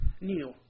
new